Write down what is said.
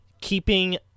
keeping